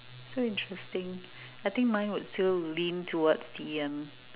so interesting I think mine would still lean towards the um